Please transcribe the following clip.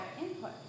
input